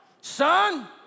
son